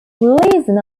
gleason